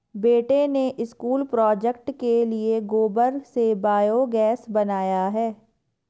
बेटे ने school project के लिए गोबर से बायोगैस बनाया है